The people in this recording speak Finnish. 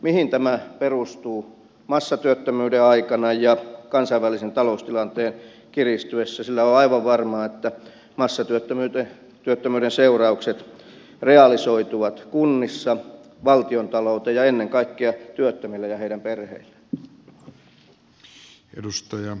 mihin tämä perustuu massatyöttömyyden aikana ja kansainvälisen taloustilanteen kiristyessä sillä on aivan varmaa että massatyöttömyyden seuraukset realisoituvat kunnissa valtiontalouteen ja ennen kaikkea työttömille ja heidän perheilleen